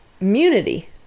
Immunity